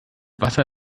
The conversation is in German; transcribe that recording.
wasser